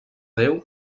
déu